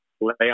lay